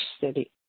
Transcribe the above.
city